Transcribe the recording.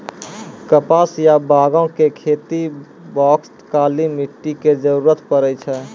कपास या बांगो के खेती बास्तॅ काली मिट्टी के जरूरत पड़ै छै